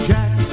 Jack